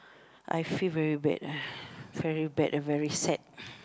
I feel very bad ah very bad and very sad